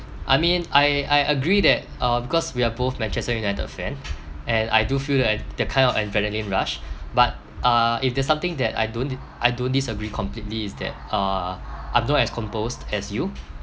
I mean I I agree that uh because we are both manchester united fan and I do feel like that kind of adrenaline rush but uh if there's something that I don't I don't disagree completely is that uh I'm not as composed as you